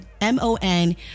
m-o-n